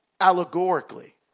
allegorically